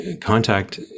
contact